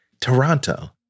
Toronto